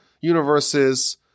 universes